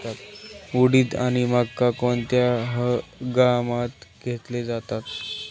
उडीद आणि मका कोणत्या हंगामात घेतले जातात?